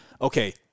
okay